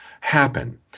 happen